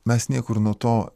mes niekur nuo to